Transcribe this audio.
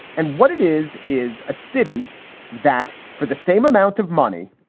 and what it is, is a city that for the same amount of money,